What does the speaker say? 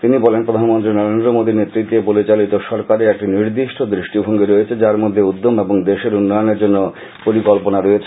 তিনি বলেন প্রধানমন্ত্রী নরেন্দ্র মোদীর নেতৃত্বে পরিচালিত সরকারের একটি নির্দিষ্ট দৃষ্টিভঙ্গি রয়েছে যার মধ্যে উদ্যম এবং দেশের উন্নয়নের জন্য পরিকল্পনা রয়েছে